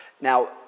Now